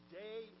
day